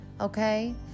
Okay